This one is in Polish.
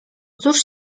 cóż